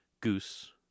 goose